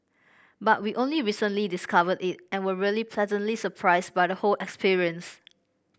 but we only recently discovered it and were really pleasantly surprised by the whole experience